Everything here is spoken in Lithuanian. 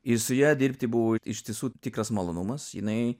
ir su ja dirbti buvo iš tiesų tikras malonumas jinai